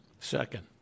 Second